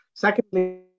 Secondly